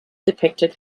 depicted